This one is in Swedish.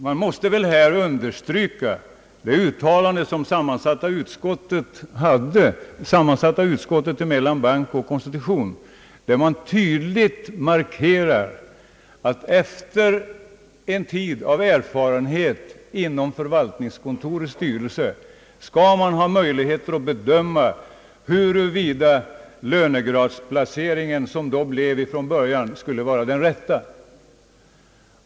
Det måste här understrykas, att sammansatta konstitutionsoch bankoutskottet år 1966 genom sitt uttalande tydligt markerat, att man efter en tids erfarenhet inom =<:förvaltningskontorets styrelse skulle ha möjlighet att bedöma, huruvida den ursprungliga lönegradsplaceringen vore den rätta.